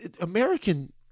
American